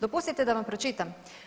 Dopustite da vam pročitam.